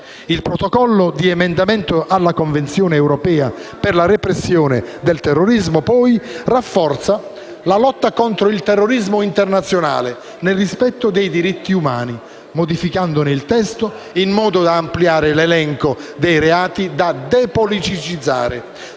Il Protocollo di Emendamento alla Convenzione europea per la repressione del terrorismo, poi, rafforza la lotta contro il terrorismo internazionale nel rispetto dei diritti umani, modificandone il testo in modo da ampliare l'elenco dei reati da depoliticizzare,